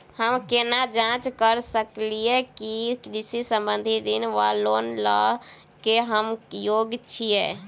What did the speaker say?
हम केना जाँच करऽ सकलिये की कृषि संबंधी ऋण वा लोन लय केँ हम योग्य छीयै?